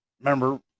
remember